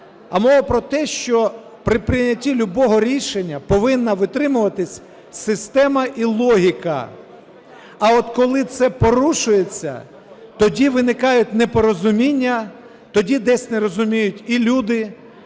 А мова про те, що при прийнятті любого рішення повинна витримуватись система і логіка. А от коли це порушується, тоді виникають непорозуміння, тоді десь не розуміють і люди,